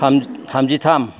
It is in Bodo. थामजि थाम